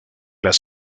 las